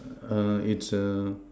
err it's err